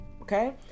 Okay